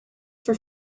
for